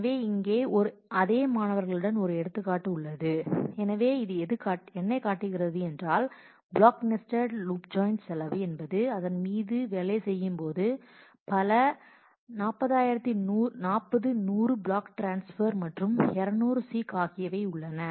எனவே இங்கே அதே மாணவர்களுடன் ஒரு எடுத்துக்காட்டு உள்ளது எனவே இது காட்டுகிறது பிளாக் நெஸ்டட் ஜாயின் செலவு என்பது அதன் மீது வேலை செய்யும்போது பல 40100 பிளாக் ட்ரான்ஸ்பெர் மற்றும் 200 சீக் ஆகியவை உள்ளன